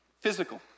physical